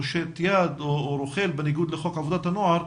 פושט יד או רוכל בניגוד לחוק עבודת הנוער,